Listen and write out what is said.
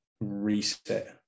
reset